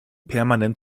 permanent